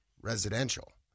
residential